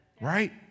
Right